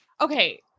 okay